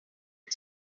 our